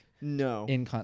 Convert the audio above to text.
No